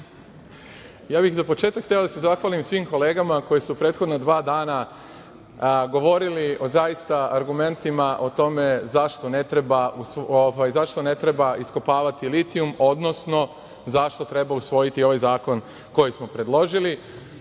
početak bih hteo da se zahvalim svim kolegama koji su prethodna dva dana govorili o zaista argumentima o tome zašto ne treba iskopavati litijum, odnosno zašto treba usvojiti ovaj zakon koji smo predložili.